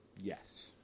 Yes